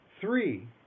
three